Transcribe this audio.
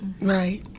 Right